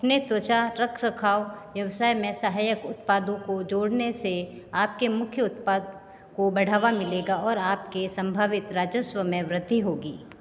अपने त्वचा रख रखाव व्यवसाय में सहायक उत्पादों को जोड़ने से आपके मुख्य उत्पाद को बढ़ावा मिलेगा और आपके संभावित राजस्व में वृद्धि होगी